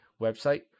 website